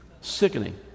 sickening